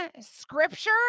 scripture